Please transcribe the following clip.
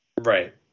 Right